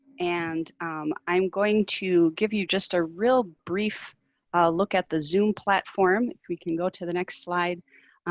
and i'm going to give you just a real brief look at the zoom platform if we can go to the next slide.